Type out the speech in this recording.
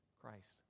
Christ